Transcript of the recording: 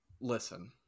listen